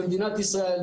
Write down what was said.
במדינת ישראל,